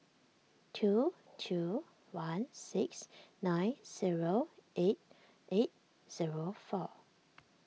two two one six nine zero eight eight zero four